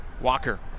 Walker